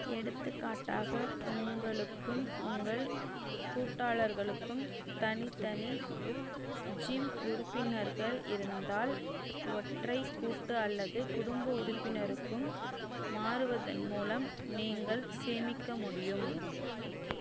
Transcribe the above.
எடுத்துக்காட்டாக உங்களுக்கும் உங்கள் கூட்டாளர்களுக்கும் தனித்தனி ஜிம் உறுப்பினர்கள் இருந்தால் ஒற்றை கூட்டு அல்லது குடும்ப உறுப்பினருக்கும் மாறுவதன் மூலம் நீங்கள் சேமிக்க முடியும்